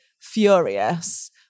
furious